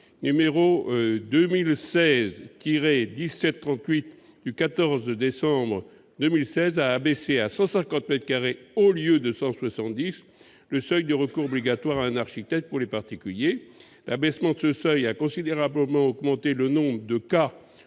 n° 2016-1738 du 14 décembre 2016 a abaissé à 150 mètres carrés, au lieu de 170 mètres carrés, le seuil de recours obligatoire à un architecte pour les particuliers. L'abaissement de ce seuil a considérablement augmenté le nombre de cas